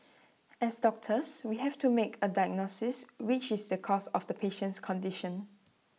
as doctors we have to make A diagnosis which is the cause of the patient's condition